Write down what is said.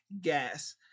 gas